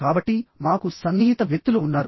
కాబట్టి మాకు సన్నిహిత వ్యక్తులు ఉన్నారు